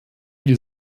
wir